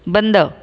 बंद